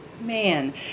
man